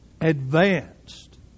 advanced